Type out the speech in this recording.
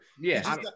Yes